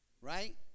right